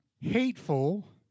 Hateful